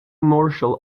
martial